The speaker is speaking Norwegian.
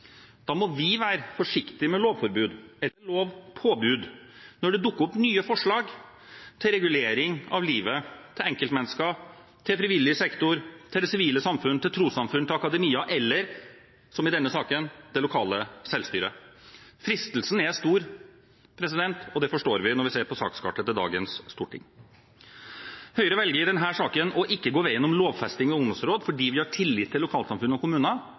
Da må vi være forsiktige med lovforbud eller lovpåbud når det dukker opp nye forslag til regulering av livet til enkeltmennesker, frivillig sektor, det sivile samfunn, trossamfunn, akademia eller – som i denne saken – det lokale selvstyret. Fristelsen er stor, og det forstår vi når vi ser på sakskartet til dagens storting. Høyre velger i denne saken ikke å gå veien om lovfesting av ungdomsråd, fordi vi har tillit til lokalsamfunnene og